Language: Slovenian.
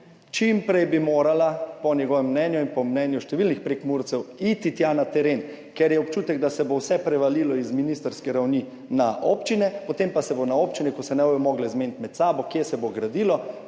Čim prej bi morala po njegovem mnenju in po mnenju številnih Prekmurcev iti tja na teren, ker je občutek, da se bo vse prevalilo z ministrske ravni na občine, potem pa se bo na občine, ko se ne bodo mogle zmeniti med sabo, kje se bo gradilo,